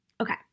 okay